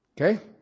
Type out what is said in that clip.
Okay